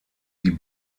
die